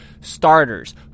starters